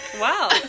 Wow